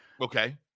Okay